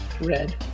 Red